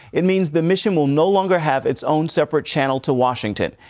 it means the mission will no longer have its own separate channel to washington,